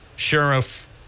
Sheriff